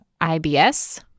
IBS